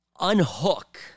unhook